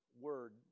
word